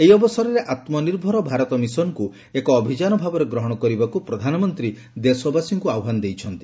ଏହି ଅବସରରେ ଆତ୍କ ନିର୍ଭର ଭାରତ ମିଶନକୁ ଏକ ଅଭିଯାନ ଭାବରେ ଗ୍ରହଶ କରିବାକୁ ପ୍ରଧାନମନ୍ତୀ ଦେଶବାସୀଙ୍କୁ ଆହ୍ୱାନ ଦେଇଛନ୍ତି